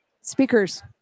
speakers